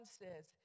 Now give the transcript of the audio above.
says